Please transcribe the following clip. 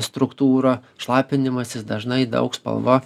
struktūra šlapinimasis dažnai daug spalva